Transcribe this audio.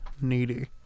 needy